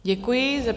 Děkuji.